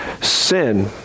sin